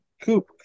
Coop